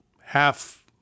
half